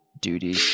duty